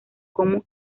como